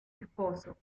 esposo